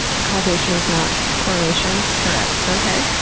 causation is not correlation? correct. okay,